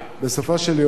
בסופו של יום,